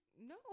No